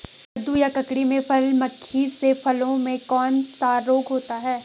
कद्दू या ककड़ी में फल मक्खी से फलों में कौन सा रोग होता है?